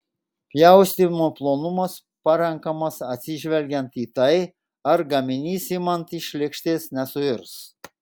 pjaustymo plonumas parenkamas atsižvelgiant į tai ar gaminys imant iš lėkštės nesuirs